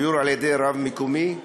(גיור על-ידי רב מקומי),